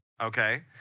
okay